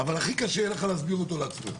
אבל הכי קשה יהיה לך להסביר אותו לעצמך.